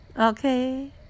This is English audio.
Okay